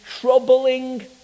troubling